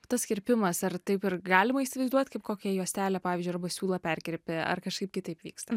tas kirpimas ar taip ir galima įsivaizduot kaip kokią juostelę pavyzdžiui arba siūlą perkerpi ar kažkaip kitaip vyksta